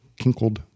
Kinkled